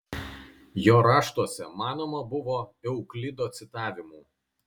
jo raštuose manoma buvo euklido citavimų